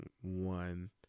One